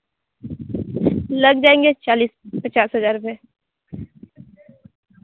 लग जाएँगे चालीस पचास हज़ार रुपये